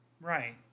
Right